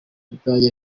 budage